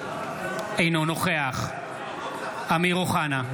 אינו נוכח אמיר אוחנה,